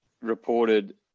reported